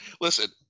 Listen